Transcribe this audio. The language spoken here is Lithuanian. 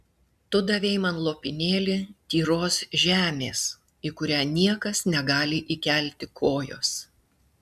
tu davei man lopinėlį tyros žemės į kurią niekas negali įkelti kojos